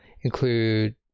include